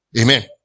Amen